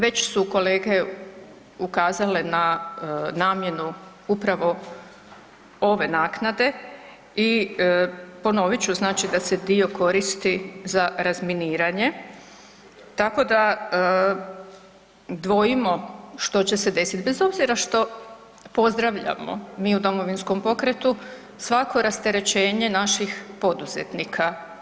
Već su kolege ukazale na namjenu upravo ove naknade i ponovit ću, znači da se dio koristi za razminiranje tako da dvojimo što će se desiti bez obzira što pozdravljamo mi u Domovinskom pokretu svako rasterećenje naših poduzetnika.